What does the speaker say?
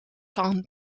kan